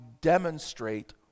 demonstrate